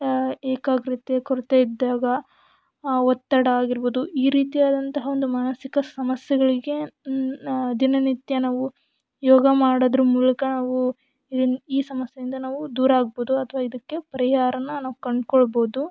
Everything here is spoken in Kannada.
ಏಕಾಗ್ರತೆ ಕೊರತೆ ಇದ್ದಾಗ ಒತ್ತಡ ಆಗಿರ್ಬೊದು ಈ ರೀತಿ ಆದಂತಹ ಒಂದು ಮಾನಸಿಕ ಸಮಸ್ಯೆಗಳಿಗೆ ದಿನನಿತ್ಯ ನಾವು ಯೋಗ ಮಾಡೋದರ ಮೂಲಕ ನಾವು ಇದನ್ನ ಈ ಸಮಸ್ಯೆಯಿಂದ ನಾವು ದೂರ ಆಗ್ಬೋದು ಅಥವಾ ಇದಕ್ಕೆ ಪರಿಹಾರನ ನಾವು ಕಂಡುಕೊಳ್ಬೋದು